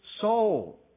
soul